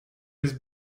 his